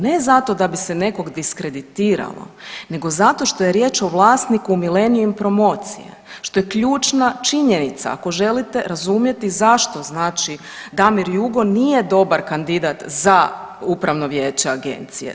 Ne zato da bi se nekog diskreditiralo nego zato što je riječ o vlasniku Millenium promocije, što je ključna činjenica ako želite razumjeti zašto znači Damir Jugo nije dobar kandidat za upravno vijeće agencije.